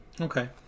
Okay